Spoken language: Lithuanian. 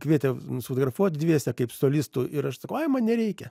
kvietė nusifotografuot dviese kaip solistu ir aš sakau ai man nereikia